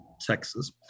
Texas